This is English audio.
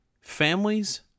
families